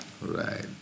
Right